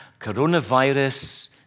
Coronavirus